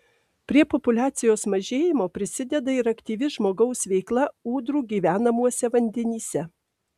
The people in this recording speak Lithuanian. prie populiacijos mažėjimo prisideda ir aktyvi žmogaus veikla ūdrų gyvenamuose vandenyse